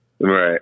Right